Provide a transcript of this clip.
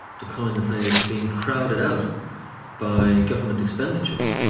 to coin the phrase, being crowded out by government expenditures.